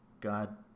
God